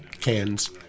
cans